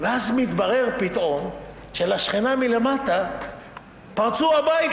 ואז מתברר פתאום שלשכנה מלמטה פרצו לבית,